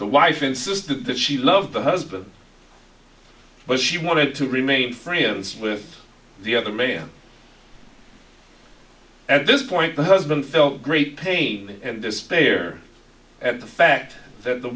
the wife insisted that she love the husband but she wanted to remain friends with the other male at this point the husband felt great pain and despair at the fact that the